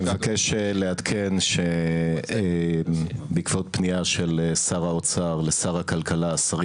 אני מבקש לעדכן שבעקבות פנייה של שר האוצר לשר הכלכלה השרים